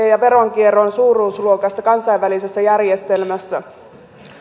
ja veronkierron suuruusluokasta kansainvälisessä järjestelmässä